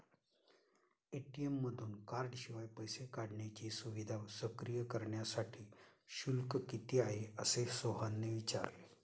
ATM मधून कार्डशिवाय पैसे काढण्याची सुविधा सक्रिय करण्यासाठी शुल्क किती आहे, असे सोहनने विचारले